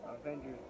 Avengers